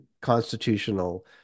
constitutional